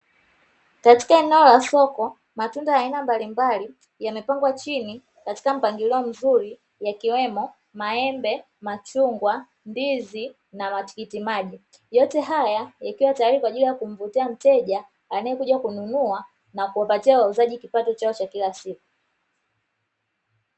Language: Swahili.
Katika eneo la soko matunda ya aina mbalimbali yamepangwa chini katika mpangilio mzuri yakiwemo maembe, machungwa, ndizi na matikiti maji, yote haya yakiwa tayari kumhudumia mteja anayekuja kununua na kuwapatia wauuzaji kipato chao cha kila siku.